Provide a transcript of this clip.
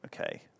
okay